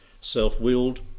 self-willed